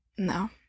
No